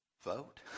vote